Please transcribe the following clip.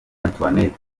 antoinette